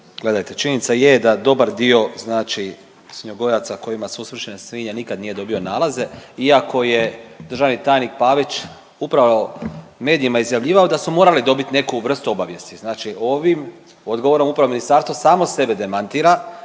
Gledajte činjenica je da dobar dio znači svinjogojaca kojima su usmrćene svinje nikad nije dobio nalaze, iako je državni tajnik Pavić upravo u medijima izjavljivao da su morali dobit neku vrstu obavijesti. Znači ovim odgovorom upravo ministarstvo samo sebe demantira